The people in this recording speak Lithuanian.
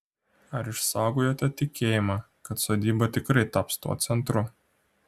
ar išsaugojote tikėjimą kad sodyba tikrai taps tuo centru